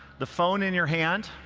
the phone in your hand,